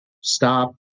stop